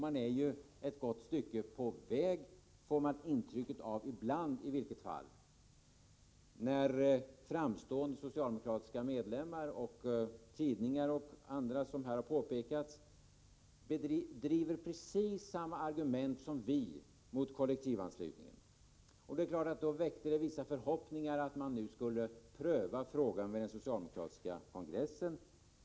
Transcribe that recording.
Man är ju ett gott stycke på väg — det intrycket får man i varje fall ibland, när man från framstående socialdemokratiska medlemmar och tidningar för fram samma argument som vi mot kollektivanslutningen. Det väckte vissa förhoppningar om att frågan nu skulle prövas vid den socialdemokratiska partikongressen.